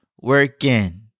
working